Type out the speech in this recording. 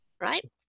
Right